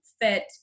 fit